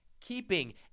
keeping